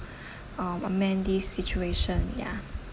uh amend this situation ya